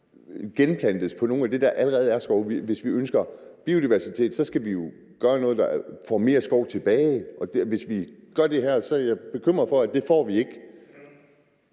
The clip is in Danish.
genplantes på nogle af de arealer, hvor der allerede er skov. Hvis vi ønsker biodiversitet, skal vi gøre noget, så vi får mere skov tilbage, og hvis vi gør det her, er jeg bekymret for, at det får vi ikke.